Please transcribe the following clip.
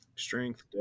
Strength